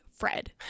Fred